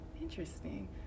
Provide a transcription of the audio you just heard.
interesting